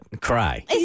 cry